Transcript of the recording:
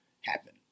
happen